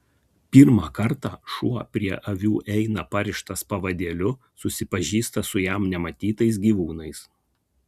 pirmą kartą šuo prie avių eina parištas pavadėliu susipažįsta su jam nematytais gyvūnais